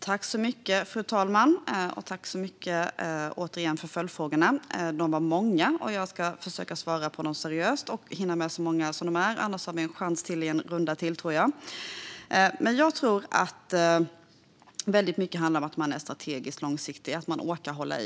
Fru talman! Jag tackar Mikael Oscarsson för de många följdfrågorna. Jag ska försöka svara på dem seriöst. Om jag inte hinner med alla har jag en chans till i mitt avslutande inlägg. Jag tror att väldigt mycket handlar om att man är strategiskt långsiktig och orkar hålla i.